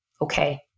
okay